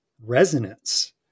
resonance